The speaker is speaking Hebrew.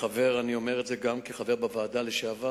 אני אומר את זה גם כחבר בוועדה לשעבר.